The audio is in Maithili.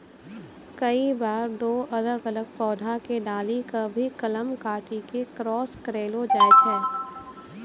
कई बार दो अलग अलग पौधा के डाली कॅ भी कलम काटी क क्रास करैलो जाय छै